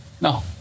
no